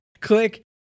Click